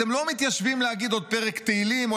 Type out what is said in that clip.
אתם לא מתיישבים להגיד עוד פרק תהילים או